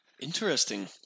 Interesting